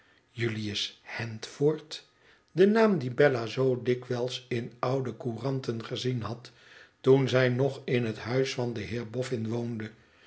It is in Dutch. julius handford i de naam dien bella zoo dikwijls in oude couranten gezien had toen zij nog in het huis van den heer boffin woonde